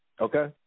Okay